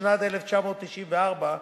התשנ"ד 1994,